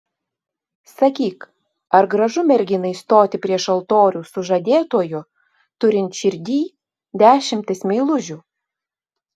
sakyk ar gražu merginai stoti prieš altorių su žadėtuoju turint širdyj dešimtis meilužių